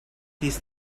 these